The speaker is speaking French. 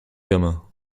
gamin